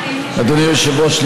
אדוני היושב-ראש,